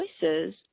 choices